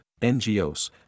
NGOs